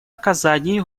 оказании